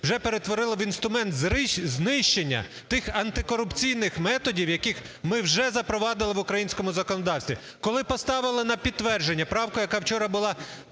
вже перетворили в інструмент знищення тих антикорупційних методів, які ми вже запровадили в українському законодавстві. Коли поставили на підтвердження правку, яка вчора була